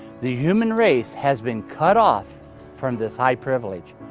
the human race has been cut off from this high privilege.